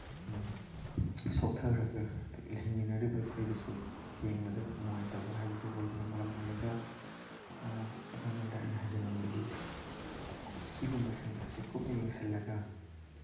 ꯁꯣꯛꯊꯈ꯭ꯔꯒ ꯍꯤꯡꯃꯤꯟꯅꯔꯤꯕ ꯑꯩꯈꯣꯏꯗꯁꯨ ꯌꯦꯡꯕꯗ ꯅꯨꯡꯉꯥꯏꯇꯕ ꯍꯥꯏꯕꯗꯨ ꯑꯣꯏꯕꯅ ꯃꯔꯝ ꯑꯣꯏꯔꯒ ꯒꯣꯔꯃꯦꯟꯗ ꯑꯩꯅ ꯍꯥꯏꯖꯅꯤꯡꯕꯗꯤ ꯑꯁꯤꯒꯨꯝꯕꯁꯤꯡ ꯑꯁꯤ ꯀꯨꯞꯅ ꯌꯦꯡꯁꯤꯜꯂꯒ